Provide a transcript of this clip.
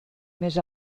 més